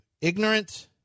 Ignorant